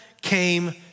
came